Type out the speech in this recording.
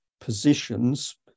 positions